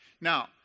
Now